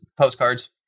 postcards